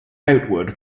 outward